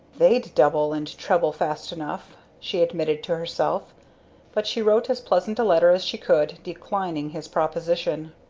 they'd double and treble fast enough! she admitted to herself but she wrote as pleasant a letter as she could, declining his proposition.